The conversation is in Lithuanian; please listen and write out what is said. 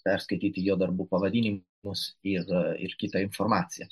perskaityti jo darbų pavadinimus ir ir kitą informaciją